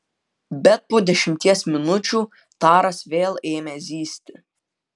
bet po dešimties minučių taras vėl ėmė zyzti